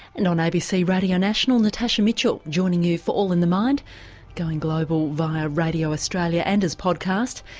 and on abc radio national natasha mitchell joining you for all in the mind going global via radio australia and as podcast.